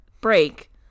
break